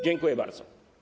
Dziękuję bardzo.